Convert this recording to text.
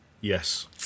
yes